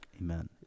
Amen